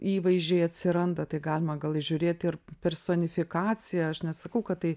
įvaizdžiai atsiranda tai galima gal įžiūrėt ir personifikaciją aš nesakau kad tai